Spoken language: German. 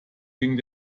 ging